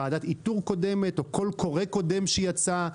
ועדת איתור קודמת או קול קורא קודם שיצא.